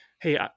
Hey